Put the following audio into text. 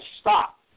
stop